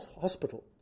Hospital